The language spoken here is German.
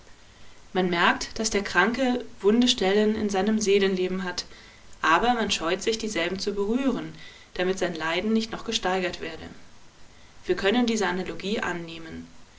man merkt daß der kranke wunde stellen in seinem seelenleben hat aber man scheut sich dieselben zu berühren damit sein leiden nicht noch gesteigert werde wir können diese analogie annehmen